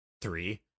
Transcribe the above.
three